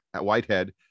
Whitehead